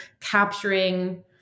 capturing